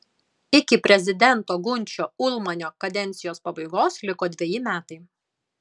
iki prezidento gunčio ulmanio kadencijos pabaigos liko dveji metai